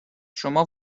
شما